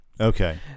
Okay